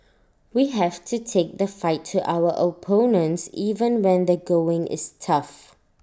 we have to take the fight to our opponents even when the going is tough